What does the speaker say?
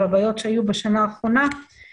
והבעיות שהיו בשנה האחרונה,